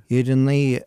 ir jinai